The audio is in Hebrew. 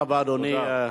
תודה רבה, אדוני.